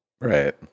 Right